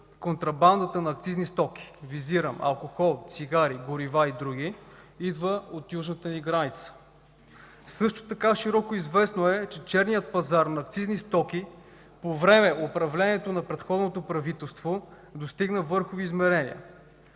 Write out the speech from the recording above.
контрабандата на акцизни стоки – визирам: алкохол, цигари, горива и други, идва от южната ни граница. Също така широко известно е, че черният пазар на акцизни стоки по време управлението на предходното правителство достигна върхови измерения.